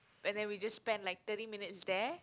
and then we just spend like thirty minutes there